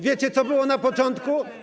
Wiecie, co było na początku?